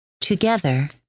Together